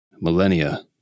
millennia